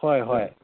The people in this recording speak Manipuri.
ꯍꯣꯏ ꯍꯣꯏ